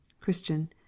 Christian